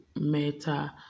meta